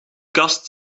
kast